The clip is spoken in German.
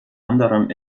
anderem